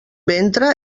ventre